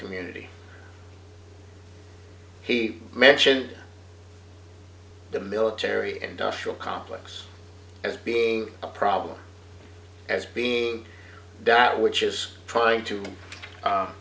community he mentioned the military industrial complex as being a problem as being that which is trying to